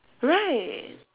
right